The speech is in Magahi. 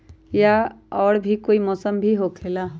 या और भी कोई मौसम मे भी होला?